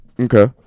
Okay